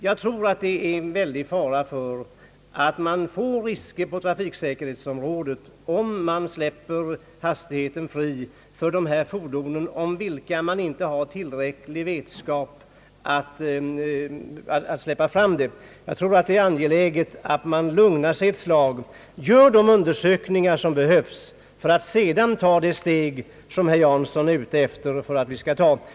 Jag tror att det föreligger vissa risker på trafiksäkerhetsområdet, om man tillåter högre hastighet för dessa fordon, när det saknas tillräcklig vetskap om vad detta innebär. Jag tror att det är angeläget att man lugnar sig ett slag och gör de utredningar som behövs, för att sedan ta det steg som herr Jansson önskar att vi skall ta.